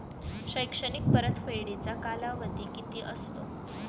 शैक्षणिक परतफेडीचा कालावधी किती असतो?